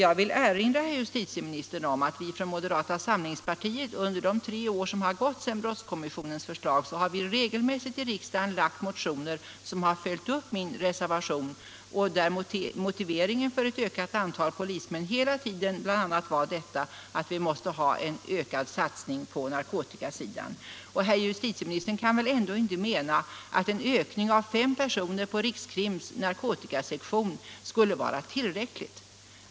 Jag vill erinra herr justitieministern om att vi från moderata samlingspartiet under de tre år som har gått sedan brottskommissionen lade fram sitt förslag regelmässigt har lagt fram motioner i riksdagen som har följt upp min reservation i kommissionen. Motiveringen för ett ökat antal polismän har hela tiden bl.a. varit att vi måste ha en ökad satsning på narkotikasidan. Herr justitieministern kan väl ändå inte mena att en ökning med fem personer på rikskriminalens narkotikasektion skulle vara tillräcklig!